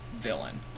villain